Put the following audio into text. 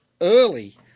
early